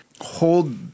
hold